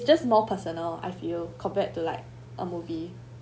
just more personal I feel compared to like a movie